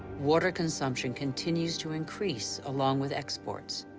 water consumption continues to increase along with exports.